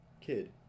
kid